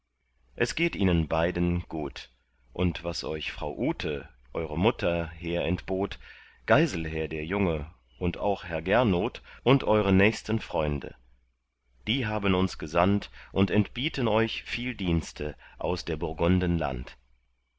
es geht ihnen beiden gut und was euch frau ute eure mutter her entbot geiselher der junge und auch herr gernot und eure nächsten freunde die haben uns gesandt und entbieten euch viel dienste aus der burgunden land